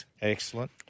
Excellent